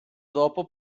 dopo